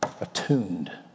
attuned